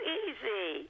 easy